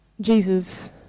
Jesus